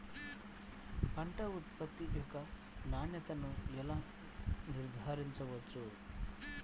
పంట ఉత్పత్తి యొక్క నాణ్యతను ఎలా నిర్ధారించవచ్చు?